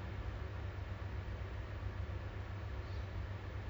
my brother oh my my first brother he's gonna get engaged